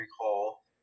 recall